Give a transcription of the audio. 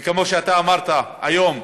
וכמו שאמרת היום,